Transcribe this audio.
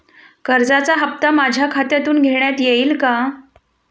कर्जाचा हप्ता माझ्या खात्यातून घेण्यात येईल का?